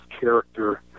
character